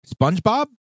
SpongeBob